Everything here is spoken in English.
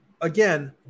again